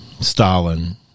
Stalin